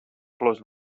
flors